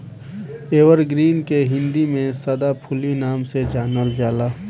evergreen के हिंदी में सदाफुली नाम से जानल जाला